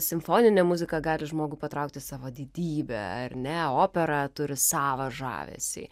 simfoninė muzika gali žmogų patraukti savo didybe ar ne opera turi savą žavesį